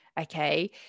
Okay